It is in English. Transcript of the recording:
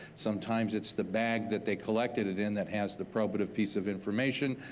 sometimes it's the bag that they collected it in that has the probative piece of information,